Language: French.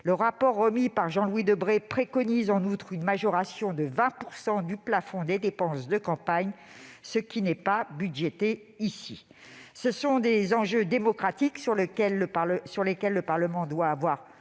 Le rapport remis par Jean-Louis Debré préconise en outre une majoration de 20 % du plafond des dépenses de campagne, qui n'est pas budgétée ici. Ce sont des enjeux démocratiques sur lesquels le Parlement doit avoir